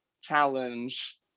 challenge